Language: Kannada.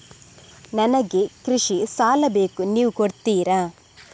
ನನಗೆ ಕೃಷಿ ಸಾಲ ಬೇಕು ನೀವು ಕೊಡ್ತೀರಾ?